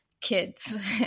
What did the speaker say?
kids